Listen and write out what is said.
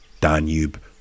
Danube